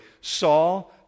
Saul